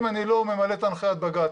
אם אני לא ממלא את הנחיית בג"צ,